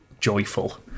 joyful